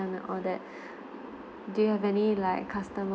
~me and all that do you have any like customer